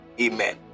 Amen